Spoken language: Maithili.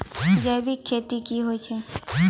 जैविक खेती की होय छै?